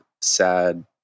sad